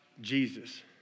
Jesus